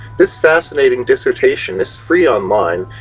this fascinating dissertation is free online,